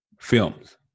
films